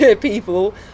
people